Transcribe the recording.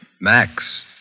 Max